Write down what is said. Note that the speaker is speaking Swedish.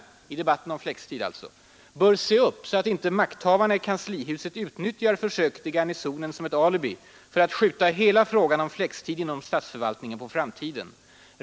Tidningen skriver: ”Men ”segrarna” bör se upp, så att inte makthavarna i Kanslihuset utnyttjar försöket i Garnisonen som ett alibi för att skjuta hela frågan om flextid inom statsförvaltningen på framtiden.